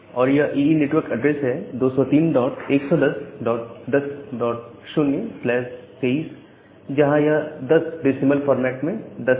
और यह ईई नेटवर्क एड्रेस है 20311010023 जहां यह 10 डेसिबल फॉर्मेट में दस है